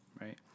Right